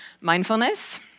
Mindfulness